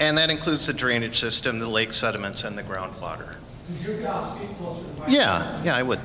and that includes the drainage system the lake sediments and the groundwater yeah yeah i would